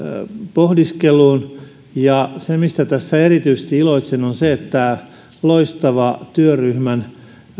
pohdiskeluun ja se mistä tässä erityisesti iloitsin on se että loistava työryhmän